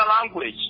language